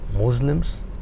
Muslims